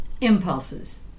impulses